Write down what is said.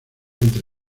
entre